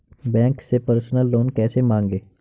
Bank से personal loan कैसे मांगें?